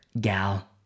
gal